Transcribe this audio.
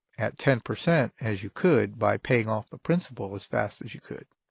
at ten percent as you could by paying off the principal as fast as you could.